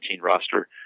roster